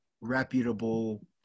reputable